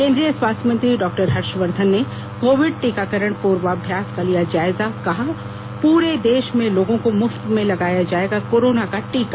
केंद्रीय स्वास्थ्य मंत्री डॉक्टर हर्षवर्धन ने कोविड टीकाकरण पूर्वाभ्यास का लिया जायजा कहा पूरे देश में लोगों को मुफ्त में लगाया जायेगा कोरोना का टीका